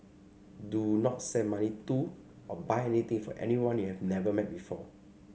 do not send money to or buy anything for anyone you have never met before